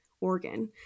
organ